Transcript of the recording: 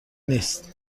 نیست